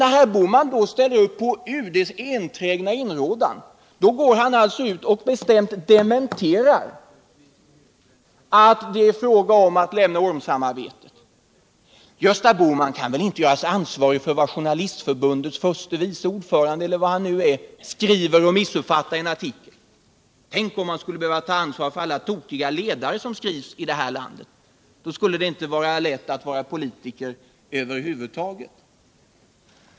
När herr Bohman nu ställer upp på UD:s enträgna inrådan så dementerar han att det är fråga om att lämna ormsamarbetet. Gösta Bohman kan väl sedan inte göras ansvarig för vad Journalistförbundets förste vice ordförande —- eller vad han nu är — missuppfattar eller skriver i en artikel. Tänk om man skulle behöva ta ansvar för alla tokiga ledare som skrivs i det här landet. Då skulle det inte vara lätt att vara politiker över huvud taget.